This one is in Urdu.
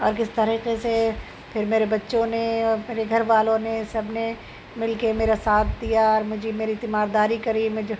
اور کس طریقے سے پھر میرے بچوں نے اور میرے گھر والوں نے سب نے مل کے میرا ساتھ دیا اور مجھی میری تیمارداری کری مجھے